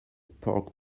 pork